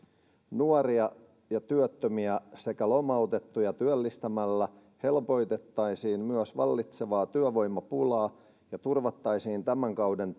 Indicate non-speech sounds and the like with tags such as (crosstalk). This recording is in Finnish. nuoria ja työttömiä sekä lomautettuja työllistämällä helpotettaisiin myös vallitsevaa työvoimapulaa ja turvattaisiin tämän kauden (unintelligible)